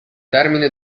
termine